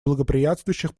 благоприятствующих